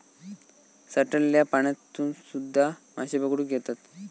साठलल्या पाण्यातसून सुध्दा माशे पकडुक येतत